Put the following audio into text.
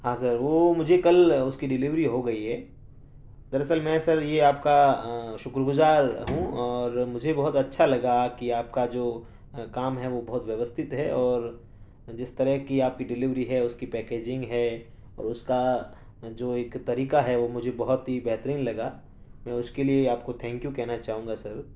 ہاں سر وہ مجھے کل اس کی ڈیلیوری ہو گئی ہے دراصل میں سر یہ آپ کا شکر گزار ہوں اور مجھے بہت اچھا لگا کہ آپ کا جو کام ہے وہ بہت ویوستھت ہے اور جس طرح کی آپ کی ڈیلیوری ہے اس کی پیکیجنگ ہے اور اس کا جو ایک طریقہ ہے وہ مجھے بہت ہی بہترین لگا اس کے لیے آپ کو تھینک یو کہنا چاہوں گا سر